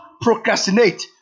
procrastinate